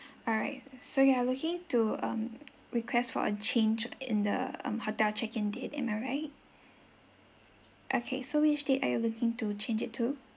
alright so you are looking to um request for a change in the um hotel check in date am I right okay so which date are you looking to change it to